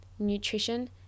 nutrition